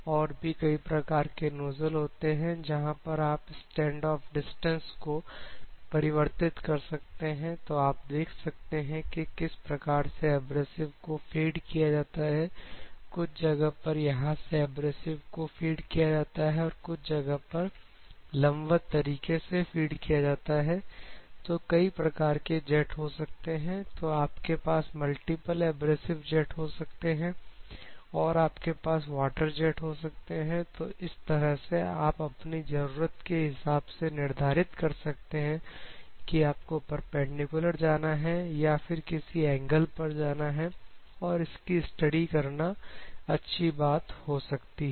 और भी कई प्रकार के नोजल होते हैं जहां पर आप स्टैंड ऑफ डिस्टेंस को परिवर्तित कर सकते हैं तो आप देख सकते हैं कि किस प्रकार से एब्रेसिव को फीड किया जाता है कुछ जगह पर यहां से एब्रेसिव को फीड किया जाता है और कुछ जगह पर लम्बवत तरीके से फीड किया जाता है तो कई प्रकार के जेट हो सकते हैं तो आपके पास मल्टीपल एब्रेसिव जेट हो सकते हैं और आपके पास वाटर जेट हो सकते हैं तो इस तरह से आप अपनी जरूरत के हिसाब से निर्धारित कर सकते हैं कि आपको परपेंडिकुलर जाना है या फिर किसी एंगल पर जाना है और इसकी स्टडी करना अच्छी बात हो सकती है